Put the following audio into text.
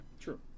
true